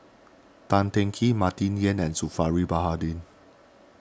Tan Teng Kee Martin Yan and Zulkifli Baharudin